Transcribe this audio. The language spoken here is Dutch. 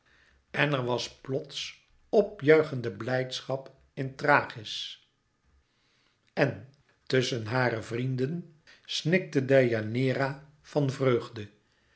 en er was plots p juichende blijdschap in thrachis en tusschen hare vrienden snikte deianeira van vreugde